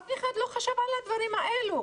אף אחד לא חשב על הדברים האלו.